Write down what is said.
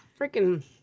freaking